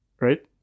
Right